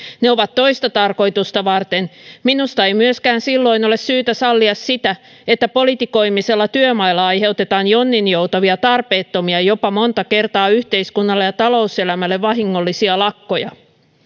ne ovat toista tarkoitusta varten minusta ei myöskään silloin ole syytä sallia sitä että politikoimisella työmailla aiheutetaan jonninjoutavia tarpeettomia jopa monta kertaa yhteiskunnalle ja talouselämälle vahingollisia lakkoja